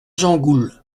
gengoulph